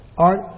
Art